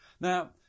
Now